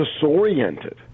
disoriented